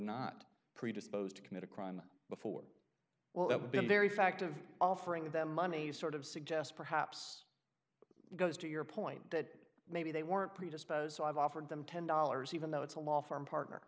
not predisposed to commit a crime before well that would be very fact of offering them money to sort of suggest perhaps it goes to your point that maybe they weren't predisposed i've offered them ten dollars even though it's a law firm partner